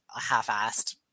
half-assed